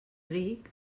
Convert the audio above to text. ric